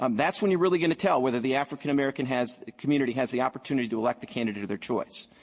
um that's when you're really going to tell whether the african-american has community has the opportunity to elect the candidate of their choice.